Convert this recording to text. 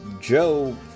Joe